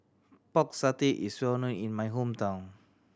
Pork Satay is well known in my hometown